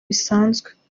bisanzwe